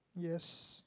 yes